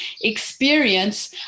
experience